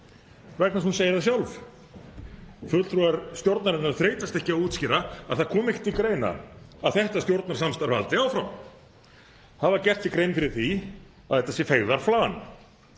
að hún segir það sjálf. Fulltrúar stjórnarinnar þreytast ekki á að útskýra að það komi ekki til greina að þetta stjórnarsamstarf haldi áfram, hafa gert sér grein fyrir því að þetta sé feigðarflan